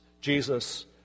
Jesus